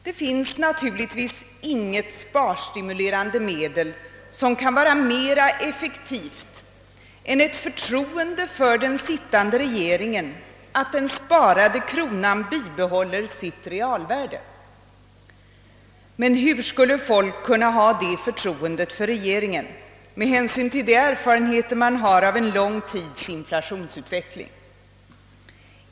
Det finns inget sparstimulerande medel som kan vara mera effektivt än ett förtroende för den sittande regeringen att den sparade kronan bibehåller sitt realvärde. Men hur skulle människorna kunna hysa det förtroendet för regeringen med hänsyn till de erfarenheter man har av en lång tids inflationsutveckling?